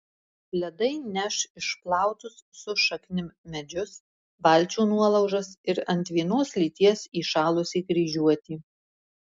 ledai neš išplautus su šaknim medžius valčių nuolaužas ir ant vienos lyties įšalusį kryžiuotį